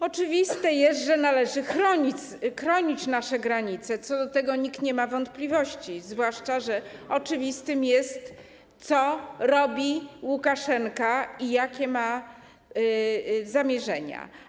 Oczywiście należy chronić nasze granice, co do tego nikt nie ma wątpliwości, zwłaszcza że oczywiste jest, co robi Łukaszenka i jakie ma zamierzenia.